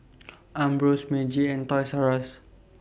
Ambros Meiji and Toys R US